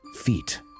feet